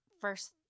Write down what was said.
first